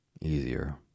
Easier